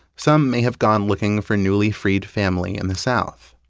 some may have gone looking for newly freed family in the south.